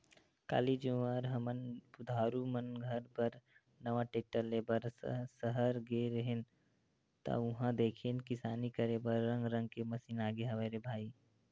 काली जुवर हमन बुधारु मन घर बर नवा टेक्टर ले बर सहर गे रेहे हन ता उहां देखेन किसानी करे बर रंग रंग के मसीन आगे हवय रे भई